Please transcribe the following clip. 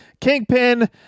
Kingpin